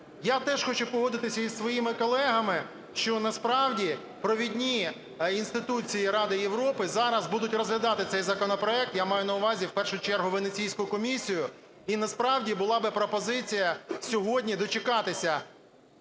Я теж хочу погодитися із своїми колегами, що, насправді, провідні інституції Ради Європи зараз будуть розглядати цей законопроект, я маю на увазі, в першу чергу, Венеційську комісію і, насправді, була би пропозиція сьогодні дочекатися…